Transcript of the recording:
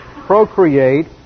procreate